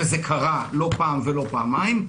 וזה קרה לא פעם ולא פעמיים,